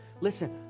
listen